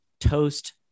Toast